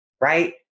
right